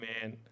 man